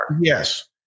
Yes